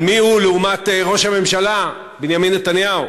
אבל מיהו לעומת ראש הממשלה בנימין נתניהו,